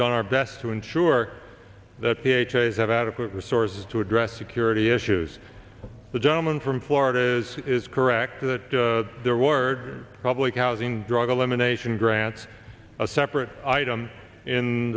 done our best to ensure that the ha's have adequate resources to address security issues the gentleman from florida has is correct that there were public housing drug elimination grants a separate item in